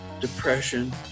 depression